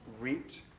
reaped